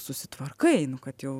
susitvarkai nu kad jau